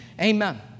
Amen